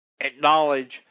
acknowledge